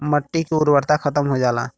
मट्टी के उर्वरता खतम हो जाला